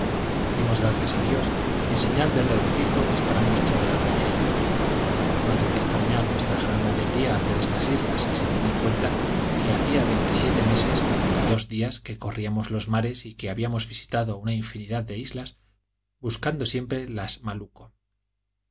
dimos gracias a dios y en señal de regocijo disparamos toda la artillería no debe extrañar nuestra gran alegría al ver estas islas si se tiene en cuenta que hacía veintisiete meses menos dos días que corríamos los mares y que habíamos visitado una infinidad de islas buscando siempre las